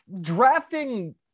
drafting